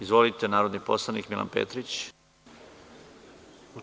Izvolite, narodni poslanik Milan Petrić ima reč.